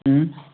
ও